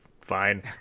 Fine